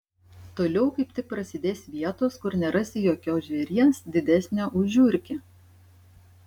toliau kaip tik prasidės vietos kur nerasi jokio žvėries didesnio už žiurkę